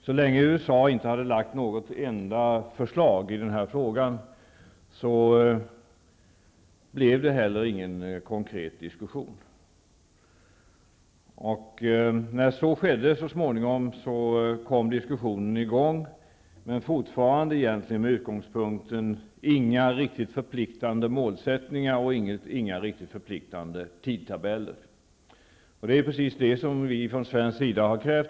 Så länge USA inte lagt fram något enda förslag i denna fråga blev det heller ingen konkret diskussion. När detta så småningom skedde, kom diskussionen i gång. Men fortfarande är utgångspunkten några inte riktigt förpliktande målsättningar eller tidtabeller. Det är precis detta som vi från svensk sida har krävt.